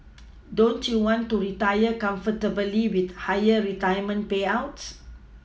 don't you want to retire comfortably with higher retirement payouts